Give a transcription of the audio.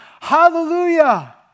Hallelujah